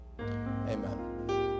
amen